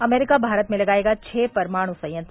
अमरीका भारत में लगायेगा छह परमाणु संयंत्र